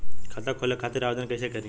खाता खोले खातिर आवेदन कइसे करी?